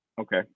Okay